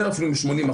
יותר אפילו מ-80%.